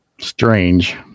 strange